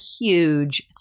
huge